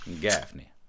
Gaffney